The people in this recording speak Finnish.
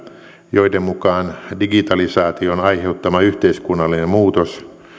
joiden mukaan digitalisaation aiheuttama yhteiskunnallinen muutos